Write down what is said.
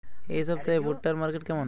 এই সপ্তাহে ভুট্টার মার্কেট কেমন?